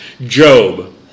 Job